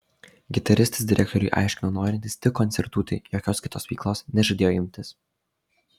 gitaristas direktoriui aiškino norintis tik koncertuoti jokios kitos veiklos nežadėjo imtis